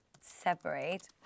separate